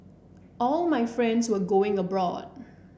all my friends were going abroad